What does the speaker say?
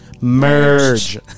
merge